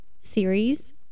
series